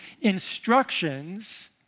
instructions